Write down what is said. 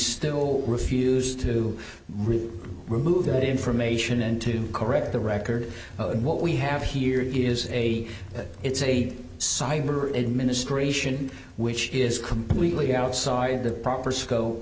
still refused to review remove that information and to correct the record what we have here is a it's a cyber administration which is completely outside the proper scope